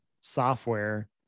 software